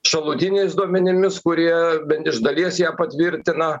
šalutiniais duomenimis kurie bent iš dalies ją patvirtina